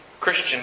Christian